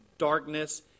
Darkness